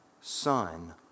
son